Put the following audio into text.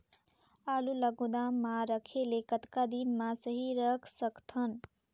आलू ल गोदाम म रखे ले कतका दिन सही रख सकथन?